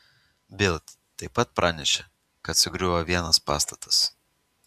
bild taip pat pranešė kad sugriuvo vienas pastatas